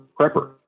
prepper